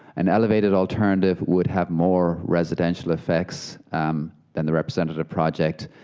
an elevated alternative would have more residential effects than the representative projects,